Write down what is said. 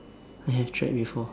I have tried before